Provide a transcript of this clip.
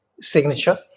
signature